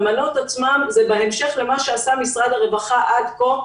המנות עצמן זה בהמשך למה שעשה משרד הרווחה עד כה.